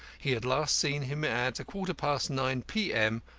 he had last seen him at a quarter past nine p m.